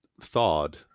thawed